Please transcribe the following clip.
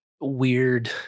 weird